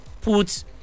put